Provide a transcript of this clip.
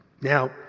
Now